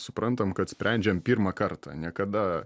suprantam kad sprendžiam pirmą kartą niekada